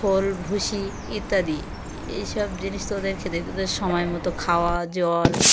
ফল ভুষি ইত্যাদি এইসব জিনিস তোদের খেতে তোদের সময় মতো খাওয়া জল